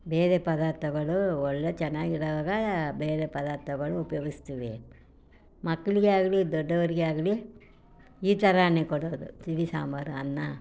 ಬೇರೆ ಪದಾರ್ಥಗಳು ಒಳ್ಳೆಯ ಚೆನ್ನಾಗಿರುವಾಗ ಬೇರೆ ಪದಾರ್ಥಗಳು ಉಪಯೋಗಿಸ್ತೀವಿ ಮಕ್ಕಳಿಗೆ ಆಗಲಿ ದೊಡ್ಡವರಿಗೆ ಆಗಲಿ ಈ ಥರನೇ ಕೊಡೋದು ತಿಳಿ ಸಾಂಬಾರು ಅನ್ನ